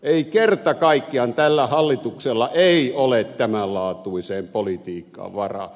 ei kerta kaikkiaan tällä hallituksella ei ole tämänlaatuiseen politiikkaan varaa